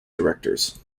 directors